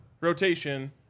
rotation